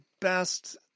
best